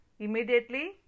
Immediately